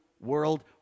world